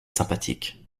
sympathique